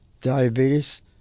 diabetes